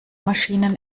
maschinen